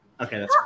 okay